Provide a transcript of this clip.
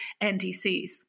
NDCs